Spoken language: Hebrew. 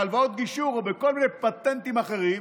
בהלוואות גישור או בכל מיני פטנטים אחרים